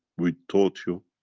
we taught you